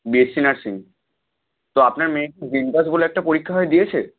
B S C nursing তো আপনার মেয়ে বলে একটা পরীক্ষা হয় দিয়েছে